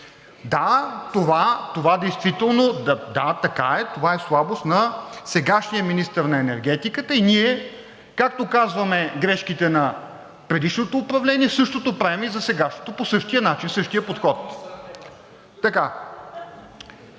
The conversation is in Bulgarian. така. Това е слабост на сегашния министър на енергетиката и ние, както казваме грешките на предишното управление, същото правим и за сегашното, по същия начин, същия подход.